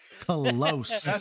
Close